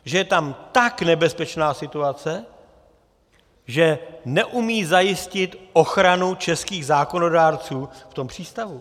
Že je tam tak nebezpečná situace, že neumějí zajistit ochranu českých zákonodárců v přístavu.